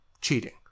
cheating